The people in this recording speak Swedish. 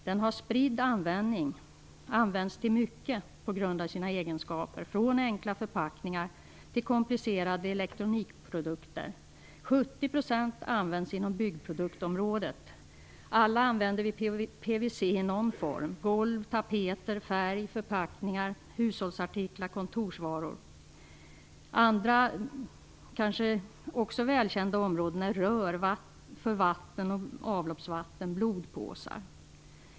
Den har spridd användning på grund av sina egenskaper, från enkla förpackningar till komplicerade elektronikprodukter. 70 % används inom byggproduktområdet. Alla använder vi PVC i någon form: golv, tapeter, färg, förpackningar, hushållsartiklar, kontorsvaror. Andra kanske också välkända områden är rör för vatten och avlopp och blodpåsar.